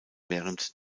während